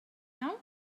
now